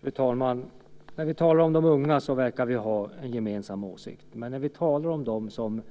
Fru talman! När vi talar om de unga verkar vi ha en gemensam åsikt, men när vi talar om dem som